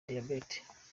diyabete